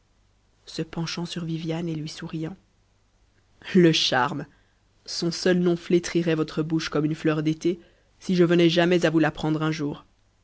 le charme son seul nom hétrirait votre bouche comme une fleur d'été si je venais jamais a vous l'apprendre un jour